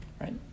right